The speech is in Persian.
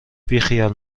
بیخیال